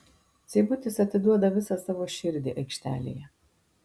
seibutis atiduoda visą savo širdį aikštelėje